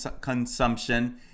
consumption